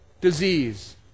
disease